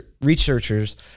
researchers